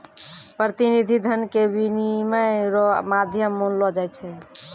प्रतिनिधि धन के विनिमय रो माध्यम मानलो जाय छै